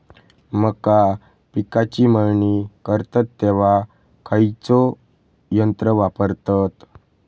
मका पिकाची मळणी करतत तेव्हा खैयचो यंत्र वापरतत?